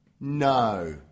No